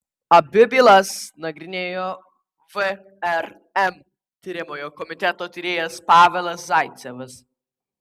abi bylas nagrinėjo vrm tiriamojo komiteto tyrėjas pavelas zaicevas